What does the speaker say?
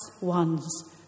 ones